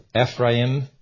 Ephraim